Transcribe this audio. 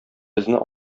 безне